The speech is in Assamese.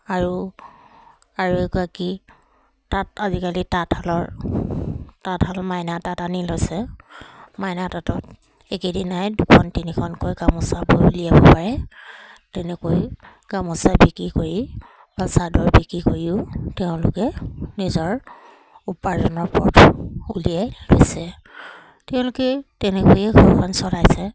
আৰু আৰু এগৰাকী তাঁত আজিকালি তাঁতশালৰ তাঁতশাল মাইনা তাঁত আনি লৈছে মাইনা তাঁতত একেদিনাই দুখন তিনিখনকৈ গামোচা বৈ উলিয়াব পাৰে তেনেকৈ গামোচা বিক্ৰী কৰি বা চাদৰ বিক্ৰী কৰিও তেওঁলোকে নিজৰ উপাৰ্জনৰ পলিয়াই লৈছে তেওঁলোকে তেনেকৈয়ে ঘৰখন চলাইছে